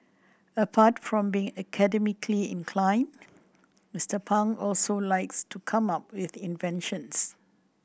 apart from being academically inclined Mister Pang also likes to come up with inventions